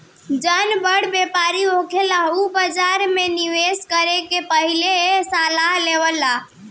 जौन बड़ व्यापारी होखेलन उ बाजार में निवेस करे से पहिले सलाह लेवेलन